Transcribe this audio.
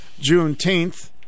Juneteenth